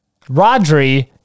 Rodri